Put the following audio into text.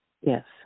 Yes